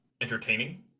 entertaining